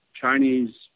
Chinese